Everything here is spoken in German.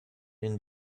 ihn